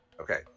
Okay